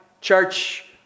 church